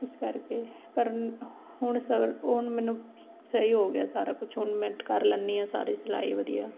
ਇਸ ਕਰਕੇ ਪਰ ਹੁਣ ਸ ਹੁਣ ਮੈਨੂੰ ਸਹੀ ਹੋ ਗਿਆ ਸਾਰਾ ਕੁਛ ਹੁਣ ਮੈਂ ਕਰ ਲੈਨੀ ਹਾਂ ਸਾਰੇ ਸਿਲਾਈ ਵਧੀਆ